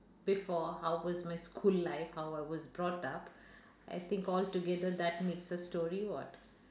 before how was my school life how I was brought up I think all together that makes a story what